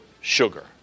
sugar